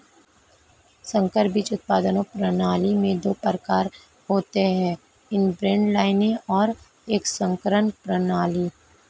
संकर बीज उत्पादन प्रणाली में दो प्रकार होते है इनब्रेड लाइनें और एक संकरण प्रणाली